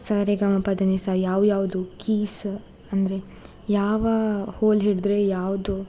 ಸರಿಗಮಪದನಿಸ ಯಾವ ಯಾವುದು ಕೀಸ್ ಅಂದರೆ ಯಾವ ಹೋಲ್ ಹಿಡಿದ್ರೆ ಯಾವುದು